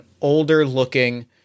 older-looking